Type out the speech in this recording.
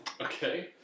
okay